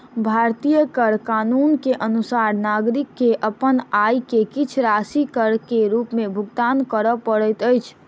भारतीय कर कानून के अनुसार नागरिक के अपन आय के किछ राशि कर के रूप में भुगतान करअ पड़ैत अछि